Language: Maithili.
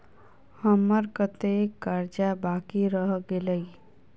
हम्मर कत्तेक कर्जा बाकी रहल गेलइ?